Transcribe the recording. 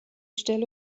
stelle